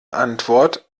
antwort